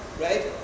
right